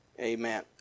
Amen